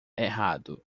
errado